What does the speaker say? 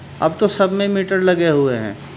اب تو سب میں میٹر لگے ہوئے ہیں